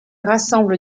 rassemble